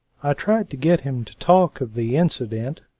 i tried to get him to talk of the incident,